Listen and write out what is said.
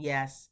Yes